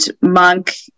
monk